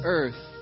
earth